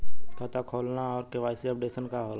खाता खोलना और के.वाइ.सी अपडेशन का होला?